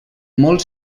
molt